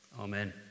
Amen